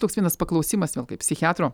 toks vienas paklausimas vėl kaip psichiatro